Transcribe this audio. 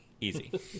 Easy